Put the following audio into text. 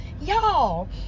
y'all